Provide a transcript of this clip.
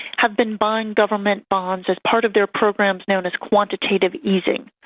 have been buying government bonds as part of their programs known as quantitative easing.